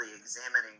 examining